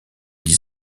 dix